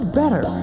better